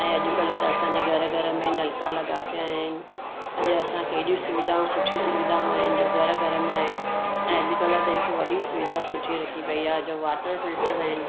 ऐं अॼुकल्ह त असांजे घर घर में नलिका लॻा पिया आहिनि अॼु असांखे हेॾी सुविधाऊं सुठी सुविधाऊं आहिनि जो घर घर में आहिनि ऐं अॼुकल्ह त हिकु वॾी सुविधा सुठी रखी पई आहे जो वाटर फिल्टर आहिनि